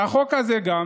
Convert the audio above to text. והחוק הזה, גם